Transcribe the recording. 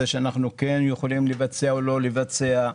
שאנחנו כן יכולים לבצע או לא לבצע.